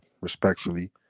respectfully